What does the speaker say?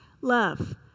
Love